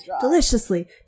deliciously